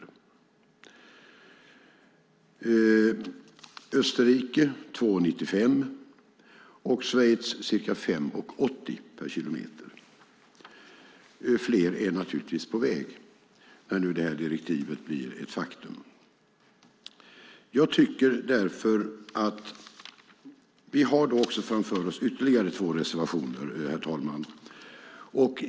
I Österrike är det 2:95 och i Schweiz ca 5:80 per kilometer. Fler länder är naturligtvis på väg när nu direktivet blir ett faktum. Herr talman! Vi har framför oss ytterligare två reservationer.